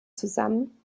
zusammen